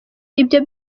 ibyo